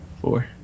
four